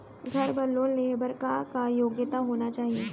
घर बर लोन लेहे बर का का योग्यता होना चाही?